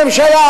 הממשלה,